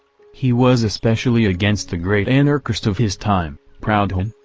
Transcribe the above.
he was especially against the great anarchist of his time, proudhon,